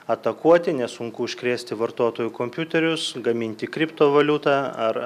atakuoti nesunku užkrėsti vartotojų kompiuterius gaminti kriptovaliutą ar